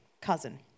cousin